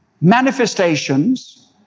manifestations